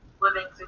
living